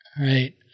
Right